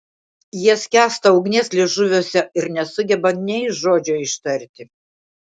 jie skęsta ugnies liežuviuose ir nesugeba nei žodžio ištari